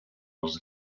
els